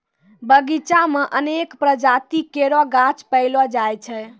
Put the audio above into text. बगीचा म अनेक प्रजाति केरो गाछ पैलो जाय छै